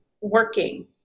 working